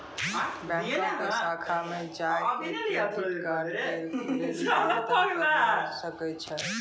बैंको के शाखा मे जाय के क्रेडिट कार्ड के लेली आवेदन करे सकै छो